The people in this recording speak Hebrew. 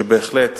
שבהחלט